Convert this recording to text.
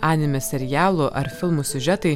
anime serialų ar filmų siužetai